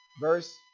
verse